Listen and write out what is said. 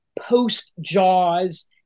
post-Jaws